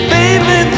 Baby